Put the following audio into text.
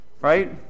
right